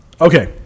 Okay